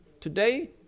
today